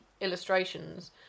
illustrations